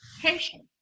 patient